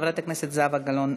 חברת הכנסת זהבה גלאון,